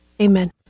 Amen